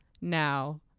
now